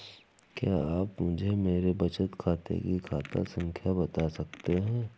क्या आप मुझे मेरे बचत खाते की खाता संख्या बता सकते हैं?